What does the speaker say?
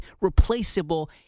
replaceable